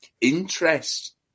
interest